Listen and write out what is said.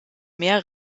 mehr